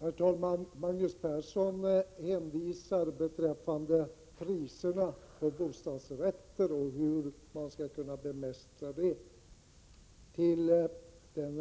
Herr talman! När det gäller priserna på bostadsrätter och hur man skall kunna dämpa dem hänvisar Magnus Persson till den